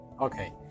Okay